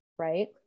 right